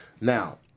Now